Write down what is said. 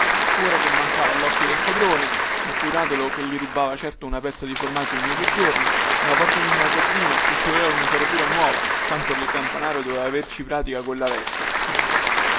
ora che mancava locchio del padrone il curatolo che gli rubava certo una pezza di formaggio ogni due giorni la porta del magazzino che ci voleva la serratura nuova tanto che il camparo doveva averci pratica colla vecchia